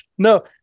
No